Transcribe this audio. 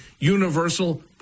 universal